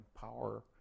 power